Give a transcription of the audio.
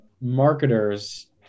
marketers